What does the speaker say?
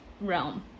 realm